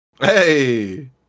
Hey